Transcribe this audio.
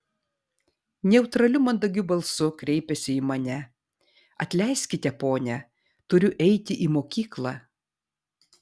neutraliu mandagiu balsu kreipėsi į mane atleiskite ponia turiu eiti į mokyklą